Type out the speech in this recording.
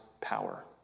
power